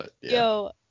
Yo